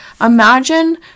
imagine